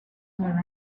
were